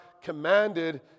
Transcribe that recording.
commanded